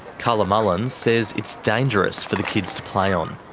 carla mullins says it's dangerous for the kids to play on.